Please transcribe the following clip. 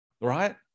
Right